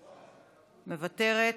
מוותרת,